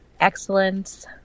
excellence